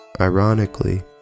Ironically